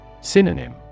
Synonym